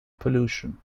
pollution